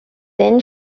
then